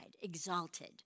exalted